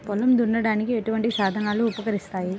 పొలం దున్నడానికి ఎటువంటి సాధనాలు ఉపకరిస్తాయి?